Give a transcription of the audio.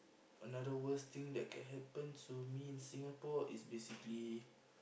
another worst thing that can happen to me in Singapore is basically